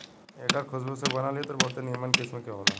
एकर खुशबू से बनल इत्र बहुते निमन किस्म के होला